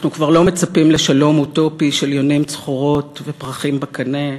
אנחנו כבר לא מצפים לשלום אוטופי של יונים צחורות ופרחים בקנה,